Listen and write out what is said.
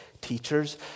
teachers